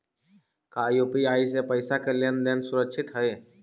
का यू.पी.आई से पईसा के लेन देन सुरक्षित हई?